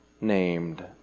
named